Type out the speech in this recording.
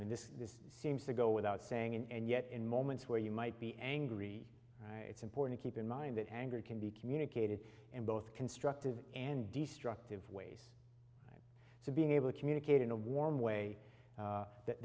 i mean this this seems to go without saying and yet in moments where you might be angry it's important keep in mind that anger can be communicated in both constructive and destructive ways so being able to communicate in a warm way that